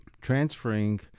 transferring